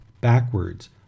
backwards